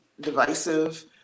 divisive